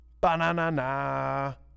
Banana